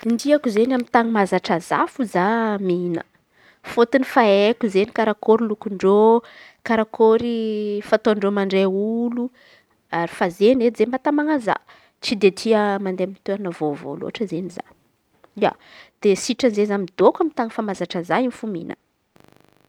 Ny tiako izen̈y amy tan̈y mahazatra za fô za. Fôtony efa heko lôkon-dreo karakôry fataon-dreo mandray olo ary fa izen̈y edy zey mahataman̈a za. Tsy tia mande amy toeran̈a vôvô lôtry izen̈y za. Ia, de sitrany izen̈y za midôko amy tan̈y efa mahazatra za fô za mihin̈ana.